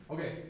Okay